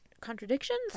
contradictions